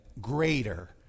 greater